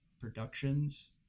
productions